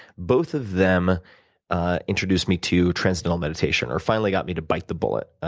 both of them ah introduced me to transcendental meditation or finally got me to bite the bullet.